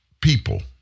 people